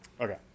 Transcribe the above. Okay